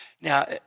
Now